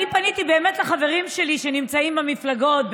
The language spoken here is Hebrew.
אני פניתי לחברים שלי שנמצאים במפלגות,